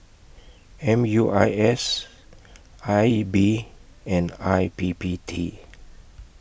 M U I S I B and I P P T